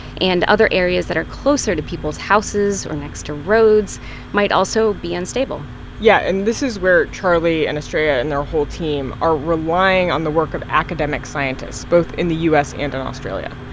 and other areas that are closer to people's houses or next to roads might also be unstable yeah, and this is where charlie and estrella and their whole team are relying on the work of academic scientists, both in the u s. and in australia.